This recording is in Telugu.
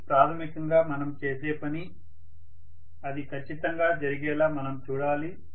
ఇది ప్రాథమికంగా మనం చేసే పని అది ఖచ్చితంగా జరిగేలా మనం చూడాలి